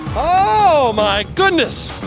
oh my goodness!